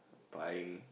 buying